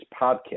podcast